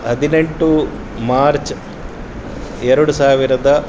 ಹದಿನೆಂಟು ಮಾರ್ಚ್ ಎರಡು ಸಾವಿರದ